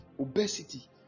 Obesity